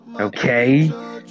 Okay